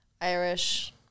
Irish